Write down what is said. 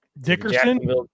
Dickerson